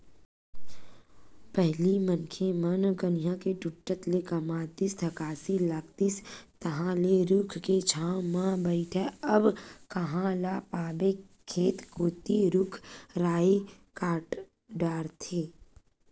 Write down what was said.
पहिली मनखे मन कनिहा के टूटत ले कमातिस थकासी लागतिस तहांले रूख के छांव म बइठय अब कांहा ल पाबे खेत कोती रुख राई कांट डरथे